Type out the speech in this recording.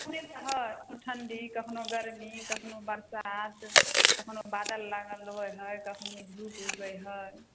एखने तऽ हइ कखनो ठण्डी कखनो गरमी कखनो बरसात कखनो बादल लागल रहै हइ कखनो धूप उगै हइ